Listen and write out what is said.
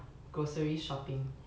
ya grocery shopping